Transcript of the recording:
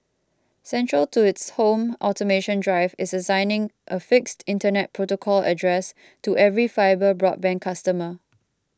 central to its home automation drive is assigning a fixed Internet protocol address to every fibre broadband customer